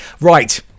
right